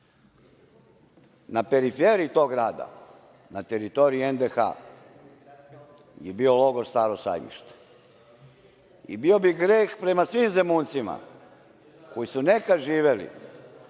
Na periferiji tog grada, na teritoriji NDH je bio logor Staro sajmište. Bio bi greh prema svim Zemuncima, koji su nekada živeli